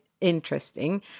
interesting